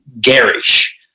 garish